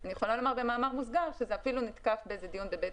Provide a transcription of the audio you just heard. אני יכולה לומר במאמר מוסגר שזה אפילו נתקף בדיון בבית